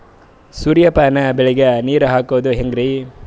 ಸೂರ್ಯಪಾನ ಬೆಳಿಗ ನೀರ್ ಹಾಕೋದ ಹೆಂಗರಿ?